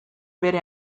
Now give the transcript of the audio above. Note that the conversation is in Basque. bere